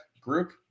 group